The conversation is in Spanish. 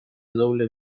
doble